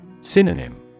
Synonym